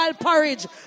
porridge